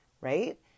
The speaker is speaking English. right